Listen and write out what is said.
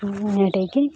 ᱱᱚᱸᱰᱮ ᱜᱮ